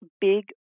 big